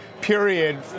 period